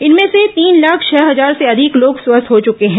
इनमें से तीन लाख छह हजार से अधिक लोग स्वस्थ हो चुके हैं